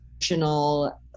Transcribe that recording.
emotional